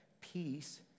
peace